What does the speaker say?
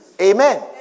Amen